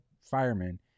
firemen